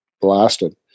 blasted